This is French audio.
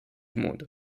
monde